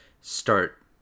start